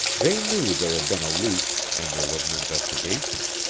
they knew there had been a leak, and there was an investigation.